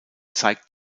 zeigt